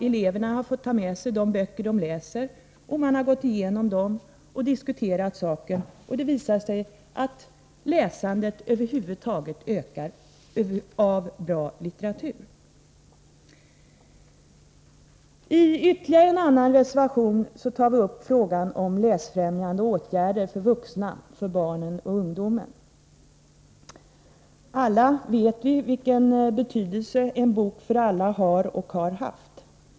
Eleverna har fått ta med sig de böcker de läser, man har gått igenom dem och diskuterat saken, och det visar sig att läsandet av bra litteratur över huvud taget ökar. I en annan reservation tar vi upp frågan om läsfrämjande åtgärder för vuxna, för barnen och ungdomen. Alla vet vi vilken betydelse En bok för alla har och har haft.